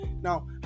now